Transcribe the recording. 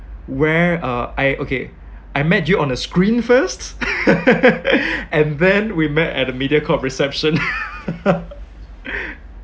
where uh I okay I met you on a screen first and then we met at the mediacorp reception